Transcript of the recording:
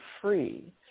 free